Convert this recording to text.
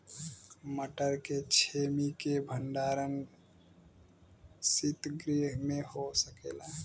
मटर के छेमी के भंडारन सितगृह में हो सकेला?